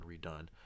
redone